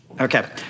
Okay